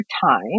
time